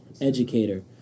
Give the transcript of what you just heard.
educator